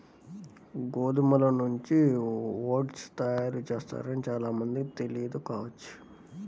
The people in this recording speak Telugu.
గోధుమల నుంచి ఓట్స్ తయారు చేస్తారని చాలా మందికి తెలియదు కావచ్చు